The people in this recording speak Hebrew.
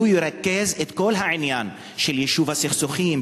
שהוא ירכז את כל העניין של יישוב סכסוכים,